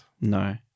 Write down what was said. No